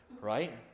Right